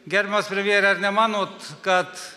gerbiamas premjere ar nemanot kad